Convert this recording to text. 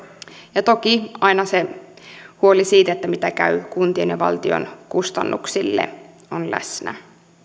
ja toki aina se huoli siitä miten käy kuntien ja valtion kustannuksille on läsnä